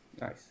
Nice